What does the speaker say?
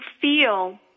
feel